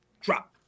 drop